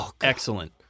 excellent